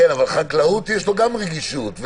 לחקלאות גם יש רגישות.